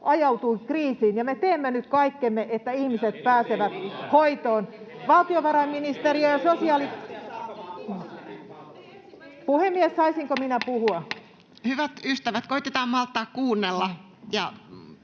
ajautui kriisiin, ja me teemme nyt kaikkemme, että ihmiset pääsevät hoitoon. Valtiovarainministeriö ja sosiaali... — Puhemies, saisinko minä puhua? Joo.